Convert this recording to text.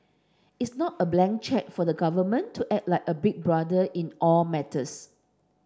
it's not a blank cheque for the government to act like a big brother in all matters